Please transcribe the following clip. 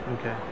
Okay